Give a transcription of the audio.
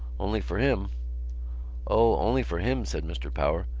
only for him o, only for him, said mr. power,